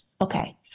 Okay